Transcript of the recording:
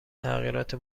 تغییرات